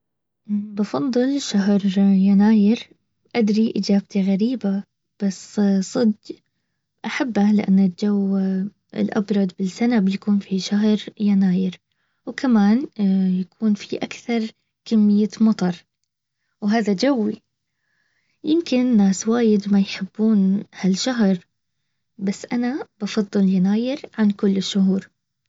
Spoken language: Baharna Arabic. بفضل الشهر يناير ادري اجابتي غريبة بس صدق احبه لان الجو الابرد بالسنة بيكون في شهر يناير. وكمان اكون في اكثر كمية مطر. وهذا جوي. يمكن ناس وايد يحبون هالشهر بس انا بفضل يناير عن كل الشهور